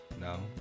No